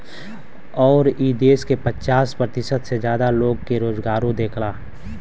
अउर ई देस के पचास प्रतिशत से जादा लोग के रोजगारो देला